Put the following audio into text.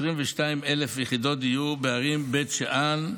22,000 יחידות דיור בערים בית שאן,